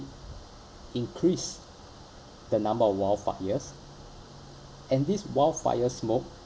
increase the number of wildfires and this wildfire smoke